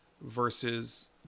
versus